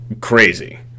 crazy